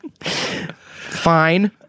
Fine